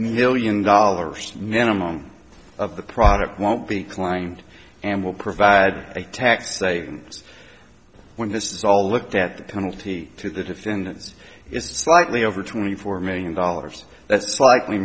million dollars minimum of the product won't be claimed and will provide a tax savings when this is all looked at the penalty to the defendants is slightly over twenty four million dollars that's sli